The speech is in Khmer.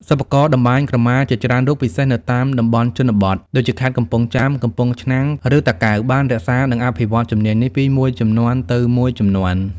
សិប្បករតម្បាញក្រមាជាច្រើនរូប ពិសេសនៅតាមតំបន់ជនបទ ដូចជាខេត្តកំពង់ចាម កំពង់ឆ្នាំង ឬតាកែវ បាន រក្សា និងអភិវឌ្ឍជំនាញនេះ ពីមួយជំនាន់ទៅមួយជំនាន់។